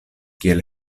kiel